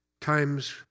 times